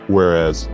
Whereas